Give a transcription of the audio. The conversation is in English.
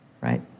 right